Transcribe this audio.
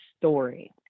story